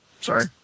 Sorry